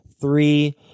Three